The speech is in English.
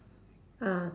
ah